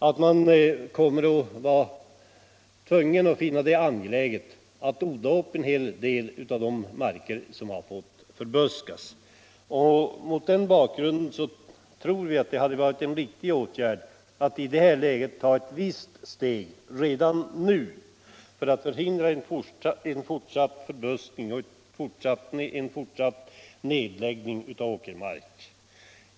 Vi kommer att bli tvungna att odla upp en hel del av de marker som har fått förbuskas. Mot den bakgrunden tror jag att det hade varit en riktig åtgärd att ta ett visst steg redan nu för att förhindra fortsatt förbuskning och fortsatt nedläggning av åkermark.